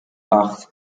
acht